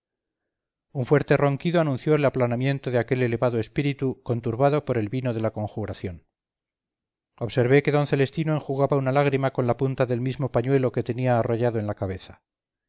un fuerte ronquido anunció el aplanamiento de aquel elevado espíritu conturbado por el vino de la conjuración observé que d celestino enjugaba una lágrima con la punta del mismo pañuelo que tenía arrollado en la cabeza